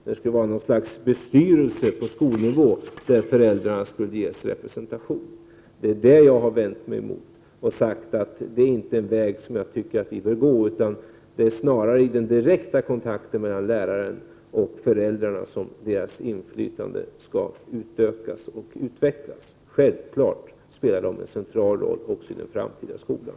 Det skulle vara något slags bestyrelse på skolnivå, där föräldrarna skulle ges representation. Det har jag vänt mig emot och sagt att det inte är en väg som jag tycker att vi bör gå, utan det är snarare i den direkta kontakten mellan lärare och föräldrar som föräldrarnas inflytande skall utökas och utvecklas. Självklart spelar de en central roll också i den framtida skolan.